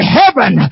heaven